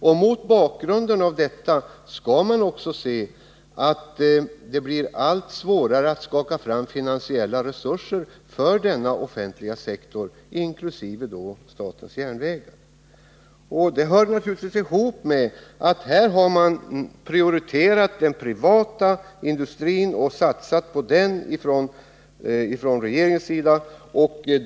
Mot den bakgrunden blir det allt svårare att skaka fram finansiella resurser för den offentliga sektorn, inkl. statens järnvägar. Det hör naturligtvis ihop med att regeringen prioriterat den privata industrin och satsat på den.